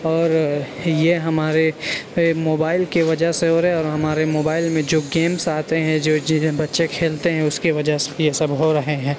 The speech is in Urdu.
اور یہ ہمارے موبائل کی وجہ سے ہو رہے ہیں اور ہمارے موبائل میں جو گیمس آتے ہیں جو چیزیں بچے کھیلتے ہیں اس کی وجہ سے یہ سب ہو رہے ہیں